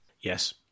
yes